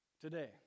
Today